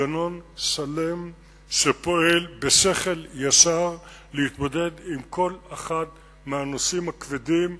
מנגנון שלם שפועל בשכל ישר להתמודד עם כל אחד מהנושאים הכבדים.